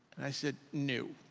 i said, no.